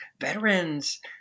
veterans